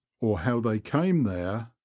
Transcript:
or how they came there,